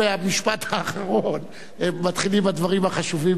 במשפט האחרון מתחילים הדברים החשובים ביותר.